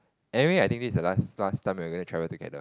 anyway I think this is the last last time we're going to travel together